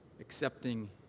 accepting